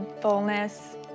fullness